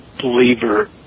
believer